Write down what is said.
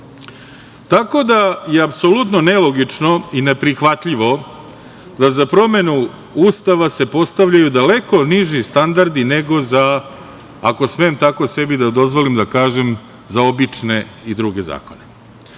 itd. Tako da je apsolutno nelogično i neprihvatljivo da za promenu Ustava se postavljaju daleko niži standardi, nego za, ako smem tako sebi da dozvolim da kažem, za obične i druge zakone.